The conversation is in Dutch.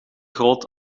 groot